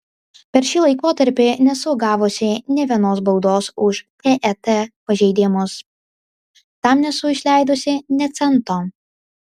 per šį laikotarpį nesu gavusi nė vienos baudos už ket pažeidimus tam nesu išleidusi nė cento